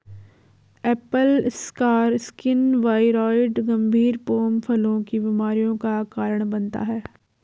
Apple scar skin viroid गंभीर pome फलों की बीमारियों का कारण बनता है